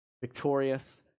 victorious